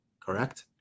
correct